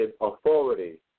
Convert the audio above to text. authority